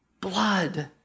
blood